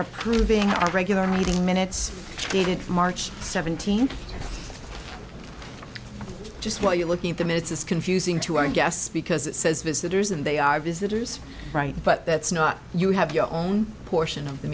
approving our regular meeting minutes dated march seventeenth just while you're looking at the minutes is confusing to our guests because it says visitors and they are visitors right but that's not you have your own portion of the